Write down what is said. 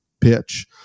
pitch